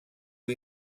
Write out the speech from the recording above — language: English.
who